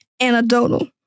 anecdotal